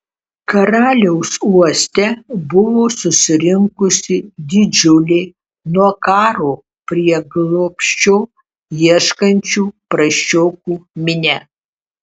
karaliaus uoste buvo susirinkusi didžiulė nuo karo prieglobsčio ieškančių prasčiokų minia